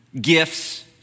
gifts